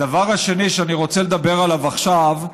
הדבר השני שאני רוצה לדבר עליו עכשיו,